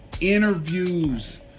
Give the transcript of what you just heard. Interviews